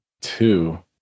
two